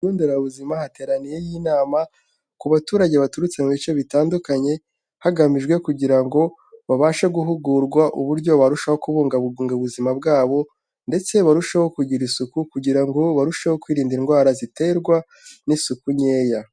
Ikigo nderabuzima hateraniyeyo inama ku baturage baturutse mu bice bitandukanye, hagamijwe kugira ngo babashe guhugurwa uburyo barushaho kubungabunga ubuzima bwabo, ndetse barusheho kugira isuku kugira ngo barusheho kwirinda indwara ziterwa n'isuku nkeya.